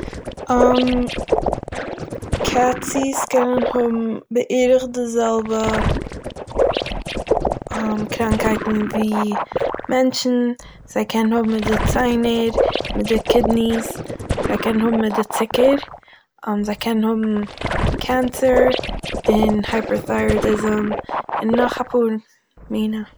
קעצי'ס קענען האבן בערך די זעלבע קראנקייטן ווי מענטשען, זיי קענען האבן אין די ציינער מיט די קידני'ס זיי קענען האבן מיט די צוקער זיי קענען האבן קענסער און הייפערטיירויטיזים און נאך א פאהר מינע.